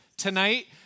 Tonight